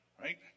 Right